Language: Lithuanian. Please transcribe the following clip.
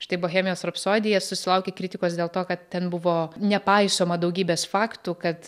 štai bohemijos rapsodija susilaukė kritikos dėl to kad ten buvo nepaisoma daugybės faktų kad